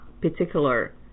particular